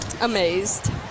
amazed